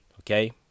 okay